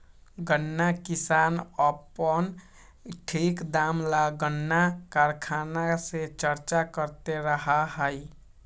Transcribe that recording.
गन्ना किसान अपन ठीक दाम ला गन्ना कारखाना से चर्चा करते रहा हई